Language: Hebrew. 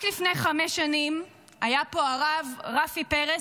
רק לפני חמש שנים היה פה הרב רפי פרץ,